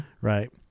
Right